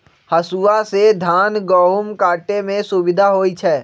हसुआ से धान गहुम काटे में सुविधा होई छै